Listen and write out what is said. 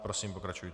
Prosím, pokračujte.